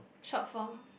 shortform